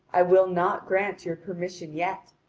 i will not grant you permission yet.